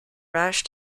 rash